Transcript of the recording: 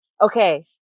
Okay